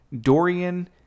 Dorian